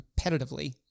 competitively